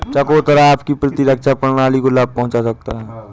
चकोतरा आपकी प्रतिरक्षा प्रणाली को लाभ पहुंचा सकता है